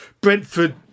Brentford